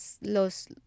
los